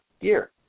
year